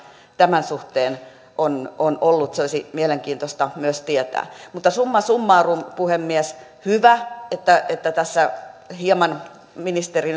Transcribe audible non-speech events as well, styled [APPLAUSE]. tämän suhteen on on ollut se olisi mielenkiintoista tietää mutta summa summarum puhemies hyvä että että tässä hieman ministeri [UNINTELLIGIBLE]